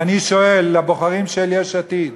ואני שואל את הבוחרים של יש עתיד: